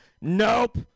Nope